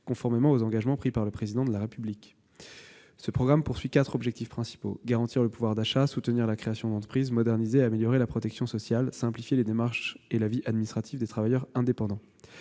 conformément aux engagements pris par le Président de la République. Ce programme vise quatre objectifs principaux : garantir le pouvoir d'achat, soutenir la création d'entreprises, moderniser et améliorer la protection sociale et simplifier les démarches et la vie administrative des travailleurs indépendants.